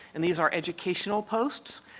and these are educational posts.